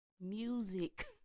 Music